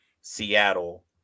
Seattle